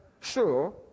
sure